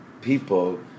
people